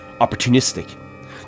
Opportunistic